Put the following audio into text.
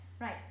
right